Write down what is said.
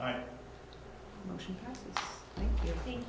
i think